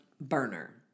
burner